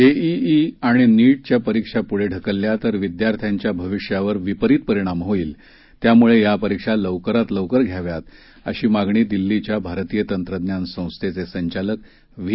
JEE आणि नीटच्या परीक्षा पुढे ढकलल्या तर विध्यार्थ्यांच्या भविष्यावर विपरीत परिणाम होईल त्यामुळे या परीक्षा लवकरात लवकर घ्याव्यात अशी मागणी दिल्लीच्या भारतीय तंत्रज्ञान संस्थेचे संघालक व्ही